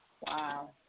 Wow